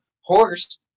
horse